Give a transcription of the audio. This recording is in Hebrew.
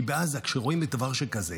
כי בעזה כשרואים דבר שכזה,